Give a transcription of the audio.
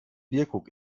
bierkrug